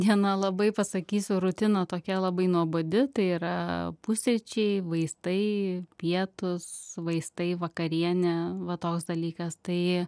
diena labai pasakysiu rutina tokia labai nuobodi tai yra pusryčiai vaistai pietūs vaistai vakarienė va toks dalykas tai